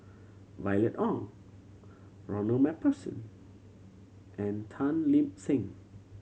Violet Oon Ronald Macpherson and Tan Lip Seng